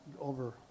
over